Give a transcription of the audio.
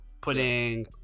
putting